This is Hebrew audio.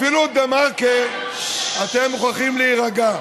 אפילו דה-מרקר, אתם מוכרחים להירגע.